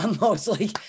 mostly